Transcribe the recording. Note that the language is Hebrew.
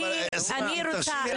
אני --- אני רוצה,